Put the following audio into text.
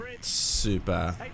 super